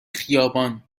خیابان